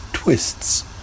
Twists